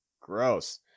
gross